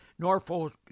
Norfolk